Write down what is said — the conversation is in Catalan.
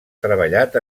treballat